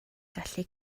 gallu